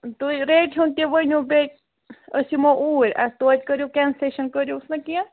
تۄیہِ ریٹہِ ہُنٛد تہِ ؤنِو بیٚیہِ أسۍ یِمو اوٗرۍ اَسہِ توتہِ کٔرِو کنسیٚشن کٔرۍہوٗس نا کیٚنٛہہ